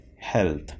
health